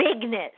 bigness